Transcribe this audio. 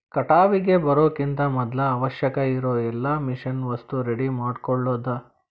ಕಟಾವಿಗೆ ಬರುಕಿಂತ ಮದ್ಲ ಅವಶ್ಯಕ ಇರು ಎಲ್ಲಾ ಮಿಷನ್ ವಸ್ತು ರೆಡಿ ಮಾಡ್ಕೊಳುದ